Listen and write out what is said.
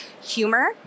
humor